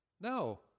No